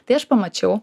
tai aš pamačiau